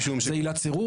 זו עילת סירוב?